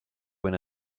when